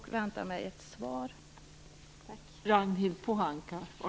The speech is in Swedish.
Jag väntar således på ett svar.